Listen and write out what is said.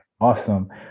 awesome